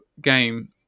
game